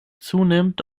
zunehmend